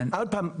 עוד פעם,